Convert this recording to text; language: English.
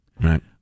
Right